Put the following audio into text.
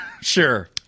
Sure